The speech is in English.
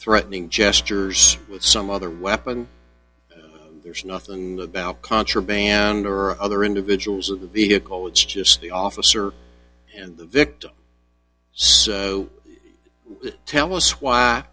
threatening gestures with some other weapon there's nothing about contraband or other individuals of the vehicle it's just the officer and the victim so tell us why